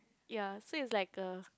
ya so is like a